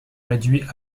réduit